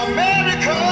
America